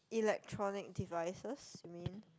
electronic devices you mean